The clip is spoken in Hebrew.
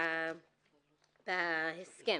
בהסכם.